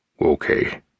Okay